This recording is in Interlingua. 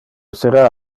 sera